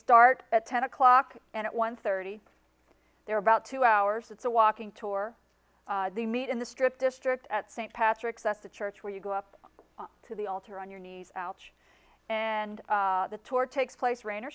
start at ten o'clock and at one thirty they're about two hours it's a walking tour the meet in the strip district at st patrick's that's a church where you go up to the altar on your knees ouch and the tour takes place rain or